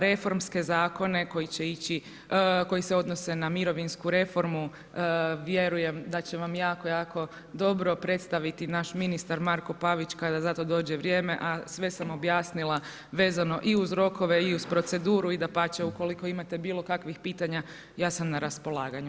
Reformske zakone koji će se odnose na mirovinsku reformu vjerujem da će vam jako, jako dobro predstaviti naš ministar Marko Pavić kada za to dođe vrijeme, a sve sam objasnila vezano i uz rokove i uz proceduru i dapače, ukoliko imate bilo kakvih pitanja, ja sam na raspolaganju.